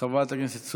חבר הכנסת אופיר סופר,